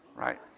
right